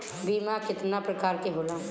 बीमा केतना प्रकार के होला?